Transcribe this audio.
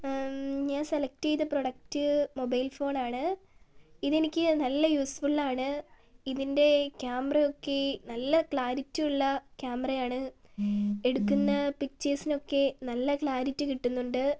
ഞാൻ സെലക്ട് ചെയ്ത product mobile ഫോണാണ് ഇതെനിക്ക് നല്ല യൂസ്ഫുള്ളാണ് ഇതിന്റെ ക്യാമറയൊക്കെ നല്ല ക്ലാരിറ്റിയുള്ള ക്യാമറയാണ് എടുക്കുന്ന പിക്ചേഴ്സിനൊക്കെ നല്ല ക്ലാരിറ്റി കിട്ടുന്നുണ്ട്